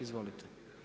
Izvolite.